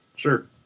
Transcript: Sure